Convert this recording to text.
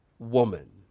Woman